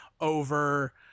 over